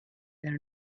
than